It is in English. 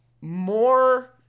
more